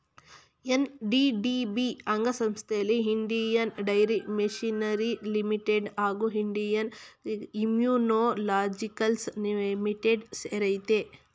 NDDB ಅಂಗಸಂಸ್ಥೆಲಿ Indian dairy machinery limited ಹಾಗೂ Indian immunologicals limited ಸೇರಯ್ತೆ